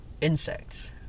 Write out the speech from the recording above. insects